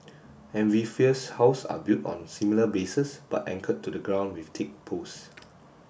amphibious house are built on similar bases but anchored to the ground with thick post